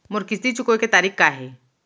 मोर किस्ती चुकोय के तारीक का हे?